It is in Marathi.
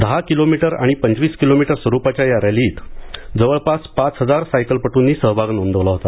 दहा किलोमीटर आणि पंचवीस किलोमीटर स्वरूपाच्या या रॅलीत जवळपास पाच हजार सायकलपट्नी सहभाग नोंदवला होता